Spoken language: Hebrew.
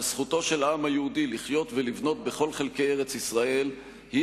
זכותו של העם היהודי לחיות ולבנות בכל חלקי ארץ-ישראל היא